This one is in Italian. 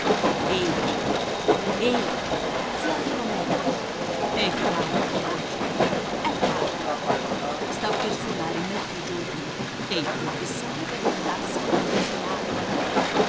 zia filomena è tardi oggi è tardi sta per suonare mezzogiorno e il confessore deve andarsene a desinare